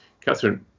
Catherine